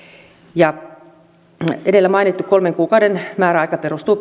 edellä mainittu kolmen kuukauden määräaika perustuu